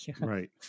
Right